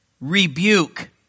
rebuke